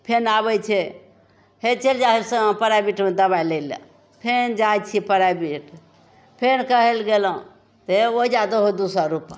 फेर आबै छै फेर चलि जाइ हइ प्राइवेटमे दवाइ लै ले फेर जाइ छिए प्राइवेट फेर कहै ले गेलहुँ हे ओहिजाँ दहो दुइ सओ रुपा